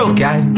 Okay